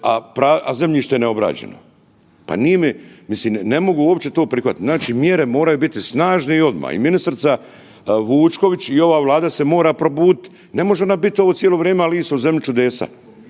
a zemljište neobrađeno. Pa nije mi, mislim ne mogu uopće to prihvatiti. Znači mjere moraju biti snažne i odma i ministrica Vučković i ova Vlada se mora probudit. Ne može ona bit ovo cijelo vrijeme „Alisa u zemlji čudesa“.